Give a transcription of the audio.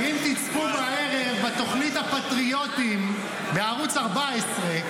אם תצפו בערב בתוכנית הפטריוטים בערוץ 14,